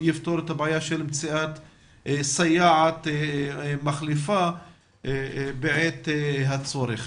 המאגר יעזור במציאת סייעת מחליפה בעת הצורך.